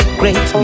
great